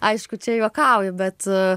aišku čia juokauju bet